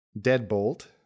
Deadbolt